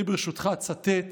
ברשותך, אני אצטט